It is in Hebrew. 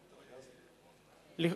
הצעות מס'